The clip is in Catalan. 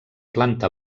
planta